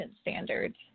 standards